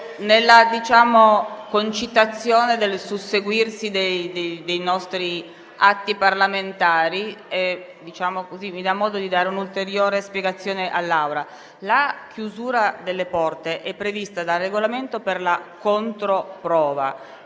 nella concitazione del susseguirsi dei nostri atti parlamentari, di dare un'ulteriore spiegazione all'Assemblea. La chiusura delle porte è prevista dal Regolamento per la controprova.